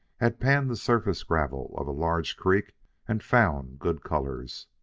had panned the surface gravel of a large creek and found good colors.